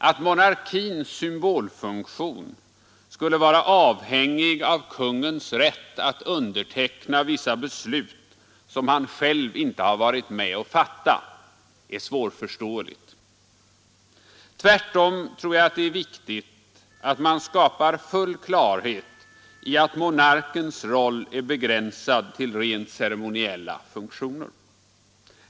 Att monarkins symbolfunktion skulle vara avhängig av kungens rätt att underteckna vissa beslut, som han själv inte har varit med om att fatta, är svårförståeligt. Tvärtom tror jag att det är viktigt att man skapar full klarhet i att monarkens roll är begränsad till rent ceremoniella funktioner.